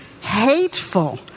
hateful